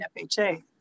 FHA